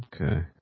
Okay